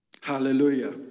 Hallelujah